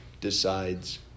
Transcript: decides